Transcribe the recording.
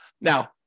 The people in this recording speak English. Now